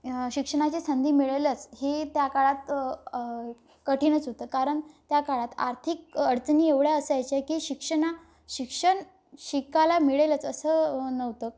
शिक्षणाची संधी मिळेलच ही त्या काळात कठीणच होतं कारण त्या काळात आर्थिक अडचणी एवढ्या असायच्या की शिक्षणा शिक्षण शिकायला मिळेलच असं नव्हतं